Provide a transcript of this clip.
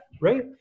right